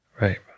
Right